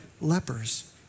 lepers